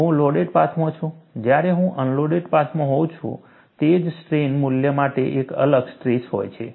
હું લોડેડ પાથમાં છું જ્યારે હું અનલોડેડ પાથમાં હોઉં છું તે જ સ્ટ્રેઇન મૂલ્ય માટે એક અલગ સ્ટ્રેસ હોય છે